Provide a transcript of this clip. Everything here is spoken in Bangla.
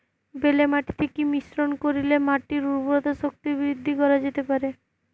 বেলে মাটিতে কি মিশ্রণ করিলে মাটির উর্বরতা শক্তি বৃদ্ধি করা যেতে পারে?